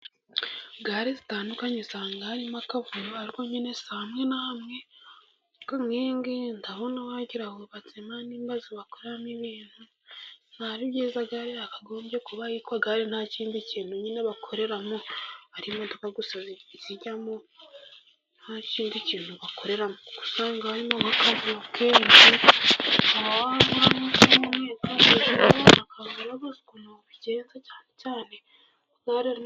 Gahare zitandukanye usanga harimo akavuyo ari nyine se na hamwewinginda aho wagirango aho batsema n'bazo bakuramo ibintu nta byiza byakagombye kubatwa gare nta kindi kintu nyine bakoreramo hari imodoka gusa zijyamo nta kindi kintu bakorera usanga hariywa kavu ke ntawangwa' umwe bakaburabuze ukuntukeza cyane cyane